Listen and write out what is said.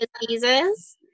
diseases